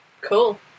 Cool